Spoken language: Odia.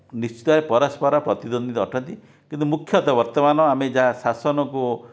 ନିଶ୍ଚିତ ଭାବରେ ପରସ୍ପର ପ୍ରତିଦ୍ବନ୍ଦୀ ତ ଅଟନ୍ତି କିନ୍ତୁ ମୁଖ୍ୟତଃ ବର୍ତ୍ତମାନ ଆମେ ଯାହା ଶାସନକୁ